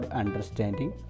understanding